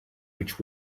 which